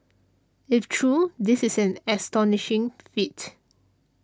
if true this is an astonishing feat